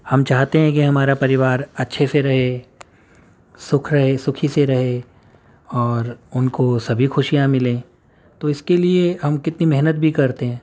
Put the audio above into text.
ہم چاہتے ہیں کہ ہمارا پریوار اچھے سے رہے سکھ رہے سکھی سے رہے اور ان کو سبھی خوشیاں ملیں تو اس کے لیے ہم کتنی محنت بھی کرتے ہیں